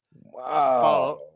Wow